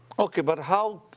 okay, but how.